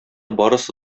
барысы